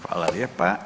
Hvala lijepa.